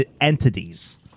entities